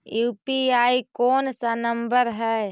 UPI कोन सा number हैं?